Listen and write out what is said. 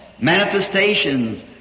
manifestations